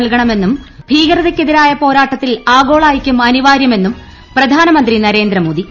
നൽകണമെന്നും ഭീകരതയ്ക്കെതിരായ പോരാട്ടത്തിൽ ആഗോള ഐക്യും അനിവാര്യമെന്നും പ്രധാനമ്യന്തി നരേന്ദ്രമോദി